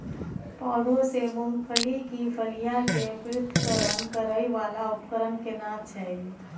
पौधों से मूंगफली की फलियां के पृथक्करण करय वाला उपकरण केना छै?